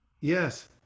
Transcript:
Yes